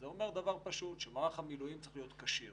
זה אומר דבר פשוט: מערך המילואים צריך להיות כשיר